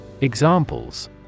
Examples